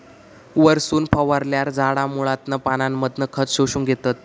वरसून फवारल्यार झाडा मुळांतना पानांमधना खत शोषून घेतत